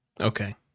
okay